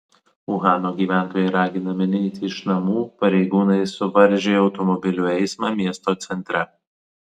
uhano gyventojai raginami neiti iš namų pareigūnai suvaržė automobilių eismą miesto centre